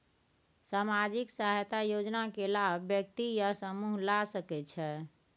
सामाजिक सहायता योजना के लाभ व्यक्ति या समूह ला सकै छै?